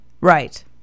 Right